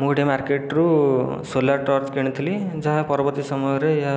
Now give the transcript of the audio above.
ମୁଁ ଗୋଟିଏ ମାର୍କେଟରୁ ସୋଲାର ଟର୍ଚ୍ଚ କିଣିଥିଲି ଯାହା ପରବର୍ତ୍ତୀ ସମୟରେ ଏହା